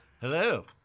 Hello